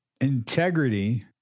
Integrity